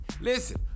Listen